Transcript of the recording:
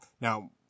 Now